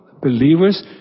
believers